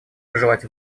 пожелать